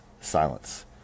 Silence